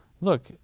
Look